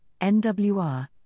NWR